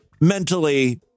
mentally